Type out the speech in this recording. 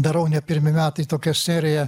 darau ne pirmi metai tokią seriją